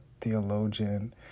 theologian